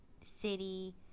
city